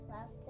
Love